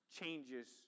changes